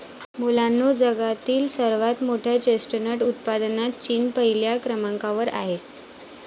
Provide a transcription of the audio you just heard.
मुलांनो जगातील सर्वात मोठ्या चेस्टनट उत्पादनात चीन पहिल्या क्रमांकावर आहे